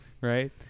right